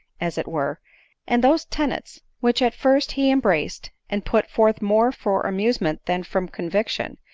as it were and those tenets which at first he embraced, and put forth more for amusement than from conviction,